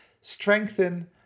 strengthen